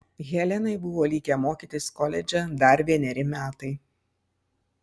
helenai buvo likę mokytis koledže dar vieneri metai